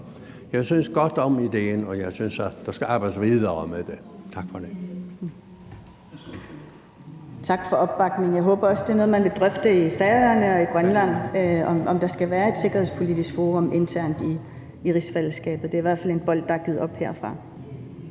Helveg Petersen): Værsgo. Kl. 16:34 Aaja Chemnitz Larsen (IA): Tak for opbakningen. Jeg håber også, det er noget, man vil drøfte på Færøerne og i Grønland – om der skal være et sikkerhedspolitisk forum internt i rigsfællesskabet. Det er i hvert fald en bold, der er givet op herfra.